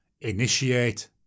Initiate